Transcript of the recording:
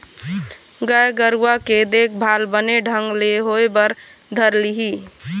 गाय गरुवा के देखभाल बने ढंग ले होय बर धर लिही